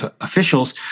officials